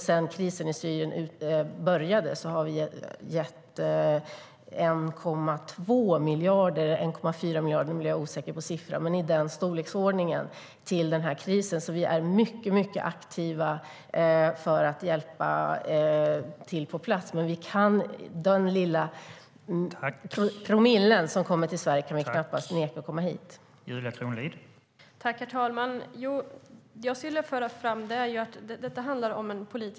Sedan krisen i Syrien började har vi gett 1,2 eller 1,4 miljarder - jag är osäker på siffran. Vi är alltså mycket aktiva för att hjälpa till på plats. Men den promille människor som kommer till Sverige kan vi knappast neka att komma hit.